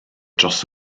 dros